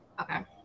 Okay